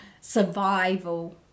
survival